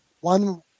one